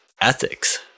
ethics